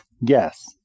Yes